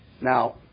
Now